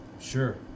Sure